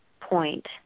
point